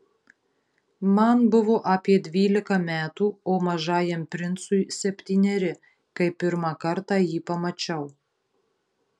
man buvo apie dvylika metų o mažajam princui septyneri kai pirmą kartą jį pamačiau